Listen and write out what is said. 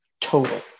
total